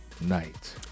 night